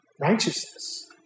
righteousness